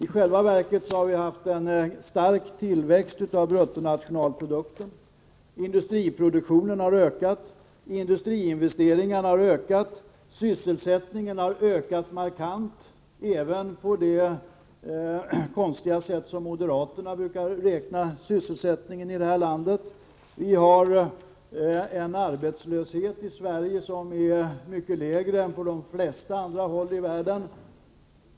I själva verket har det skett en stark tillväxt av bruttonationalprodukten, industriproduktionen har ökat, industriinvesteringarna har ökat, sysselsättningen har ökat markant — även med det konstiga sätt att räkna sysselsättning på som moderaterna brukar använda. Vi har en arbetslöshet i Sverige som är mycket lägre än på de flesta andra håll i världen.